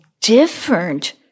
different